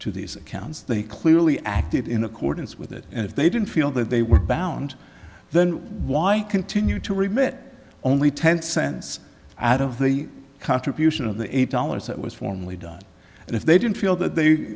to these accounts they clearly acted in accordance with it and if they didn't feel that they were bound then why continue to remit only ten cents out of the contribution of the eight dollars that was formally done and if they didn't feel that they